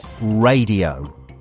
radio